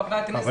חברי הכנסת,